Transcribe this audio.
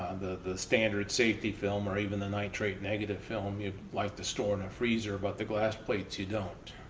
the the standard safety film, or even the nitrate negative film, you like to store in a freezer, but the glass plates you don't.